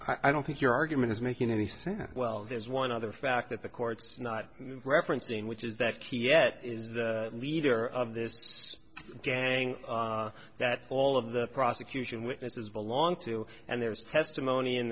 i don't think your argument is making any sense well there's one other fact that the court's not referencing which is that kiev is the leader of this gang that all of the prosecution witnesses belong to and there's testimony in